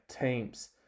teams